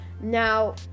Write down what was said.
now